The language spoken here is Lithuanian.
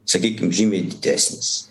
sakykim žymiai didesnis